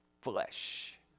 flesh